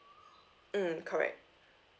mm correct